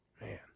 Man